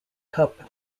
cup